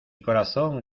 corazón